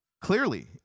clearly